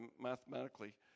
mathematically